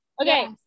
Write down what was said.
Okay